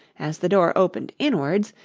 as the door opened inwards,